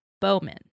Bowman